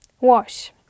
Wash